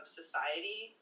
society